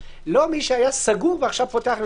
לא מי שהיה סגור ועכשיו פותח.